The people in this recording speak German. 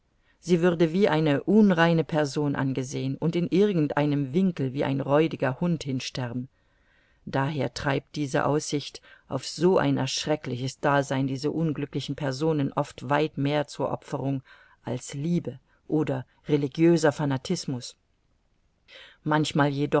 sie würde wie eine unreine person angesehen und in irgend einem winkel wie ein räudiger hund hinsterben daher treibt diese aussicht auf so ein erschreckliches dasein diese unglücklichen personen oft weit mehr zur opferung als liebe oder religiöser fanatismus manchmal